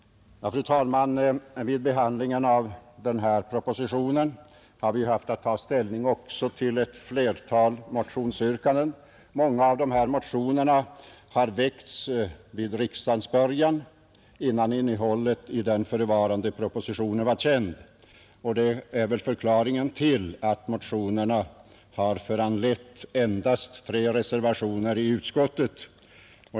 Fru talman! Vid behandlingen av denna proposition har vi haft att ta ställning också till ett flertal motionsyrkanden. Många av motionerna har väckts vid riksdagens början, innan innehållet i den förevarande propositionen varit känt, och det är väl förklaringen till att motionerna har föranlett endast tre reservationer i utskottet.